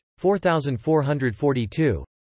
4,442